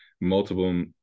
multiple